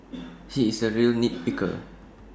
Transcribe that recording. he is A real nit picker